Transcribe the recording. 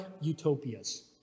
utopias